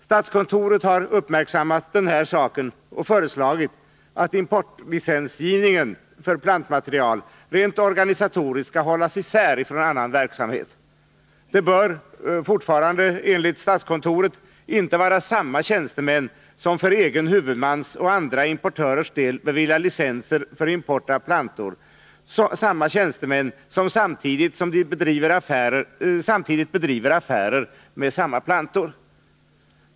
Statskontoret har uppmärksammat den här saken och föreslagit att importlicensgivningen för plantmaterial rent organisatoriskt skall hållas isär från annan verksamhet. Det bör — fortfarande enligt statskontoret — inte vara samma tjänstemän som för egen huvudmans och andra importörers del beviljar licenser för import av plantor samtidigt som de bedriver affärer med samma plantor.